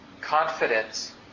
confidence